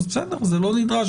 אז זה לא נדרש.